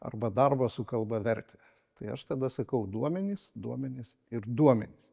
arba darbo su kalba vertę tai aš tada sakau duomenys duomenys ir duomenys